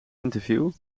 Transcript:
interview